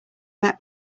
met